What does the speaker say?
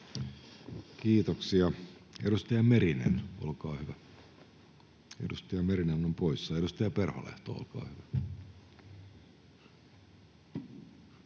Kiitoksia. — Edustaja Merinen, olkaa hyvä. Edustaja Merinen on poissa. — Edustaja Perholehto, olkaa hyvä.